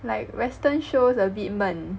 like Western shows a bit 闷